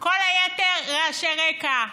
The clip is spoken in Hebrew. כל היתר זה רעשי רקע.